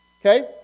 Okay